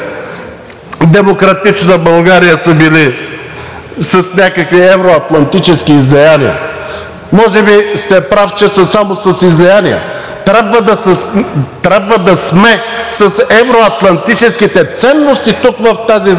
„Демократична България“ са били с някакви евро-атлантически излияния, може би сте прав, че са само с излияния, трябва да сме с евро-атлантическите ценности тук в тази зала